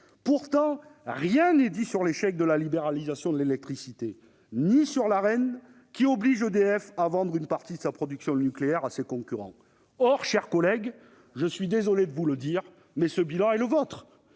Pourtant, rien n'est dit sur l'échec de la libéralisation de l'électricité ni sur l'Arenh, qui oblige EDF à vendre une partie de sa production nucléaire à ses concurrents. Exact ! Or, mes chers collègues, je suis désolé de vous le dire, mais ce bilan est le vôtre.